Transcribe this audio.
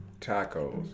tacos